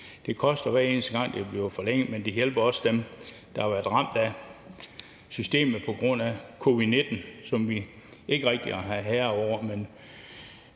Det koster, hver eneste gang de bliver forlænget, men det hjælper også dem i systemet, der har været ramt på grund af covid-19, som vi ikke rigtig er herrer